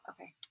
Okay